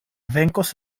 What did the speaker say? venkos